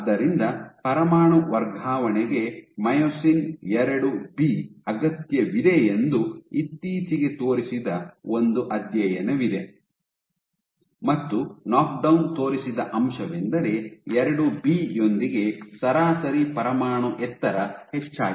ಆದ್ದರಿಂದ ಪರಮಾಣು ವರ್ಗಾವಣೆಗೆ ಮೈಯೋಸಿನ್ IIಬಿ ಅಗತ್ಯವಿದೆಯೆಂದು ಇತ್ತೀಚೆಗೆ ತೋರಿಸಿದ ಒಂದು ಅಧ್ಯಯನವಿದೆ ಮತ್ತು ನೊಕ್ಡೌನ್ ತೋರಿಸಿದ ಅಂಶವೆಂದರೆ IIಬಿ ಯೊಂದಿಗೆ ಸರಾಸರಿ ಪರಮಾಣು ಎತ್ತರ ಹೆಚ್ಚಾಗಿದೆ